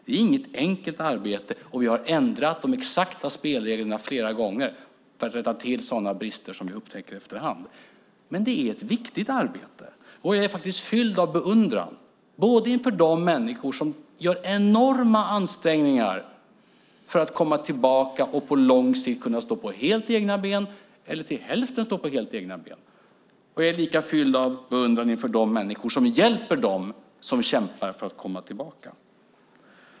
Det är inget enkelt arbete, och vi har ändrat de exakta spelreglerna flera gånger för att rätta till brister vi upptäcker efter hand. Det är dock ett viktigt arbete, och jag är full av beundran inför de människor som gör enorma ansträngningar för att komma tillbaka och på lång sikt stå på helt egna ben eller till hälften stå på egna ben. Jag är lika full av beundran inför de människor som hjälper dem som kämpar för att komma tillbaka.